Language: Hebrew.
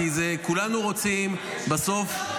כי כולנו רוצים בסוף,